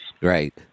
Right